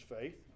faith